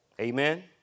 Amen